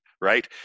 right